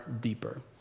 deeper